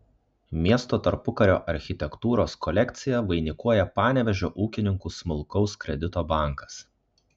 miesto tarpukario architektūros kolekciją vainikuoja panevėžio ūkininkų smulkaus kredito bankas